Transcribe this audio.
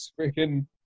freaking